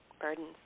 burdens